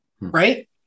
right